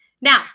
Now